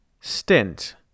Stint